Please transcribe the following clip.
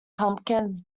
pumpkins